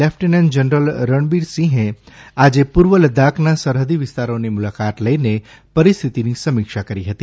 lieutenant general રણબીરસિંહે આજે પૂર્વ લદાખના સરહદી વિસ્તારોની મુલાકાત લઇને પરિસ્થિતિની સમીક્ષા કરી હતી